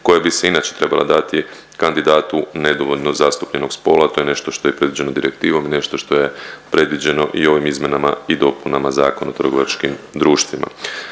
koja bi se inače trebala dati kandidatu nedovoljno zastupljenog spola, to je nešto što je predviđeno direktivom i nešto što je predviđeno i ovim izmjenama i dopunama Zakona o trgovačkim društvima.